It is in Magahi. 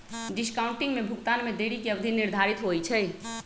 डिस्काउंटिंग में भुगतान में देरी के अवधि निर्धारित होइ छइ